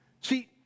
See